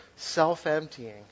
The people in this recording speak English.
self-emptying